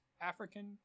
african